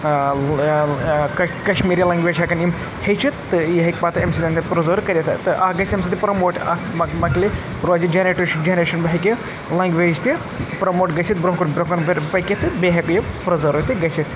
Kashmiri language ہٮ۪کَن یِم ہیٚچھِتھ تہٕ یہِ ہیٚکہِ پَتہٕ اَمہِ سۭتۍ تہِ پِرٛزٲرٕو کٔرِتھ تہٕ اَکھ گژھِ اَمہِ سۭتۍ پرٛموٹ اَکھ مۄک مۄکلہِ روزِ جَنریٹ چھُ جَنریشَن ہیٚکہِ لنٛگویج تہِ پرٛموٹ گٔژھِتھ برٛونٛہہ کُن برٛونٛہہ کُن پٔرِتھ پٔکِتھ تہٕ بیٚیہِ ہیٚکہِ یہِ پِرٛزٲرٕو تہِ گٔژھِتھ